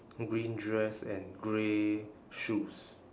green dress and grey shoes